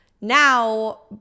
Now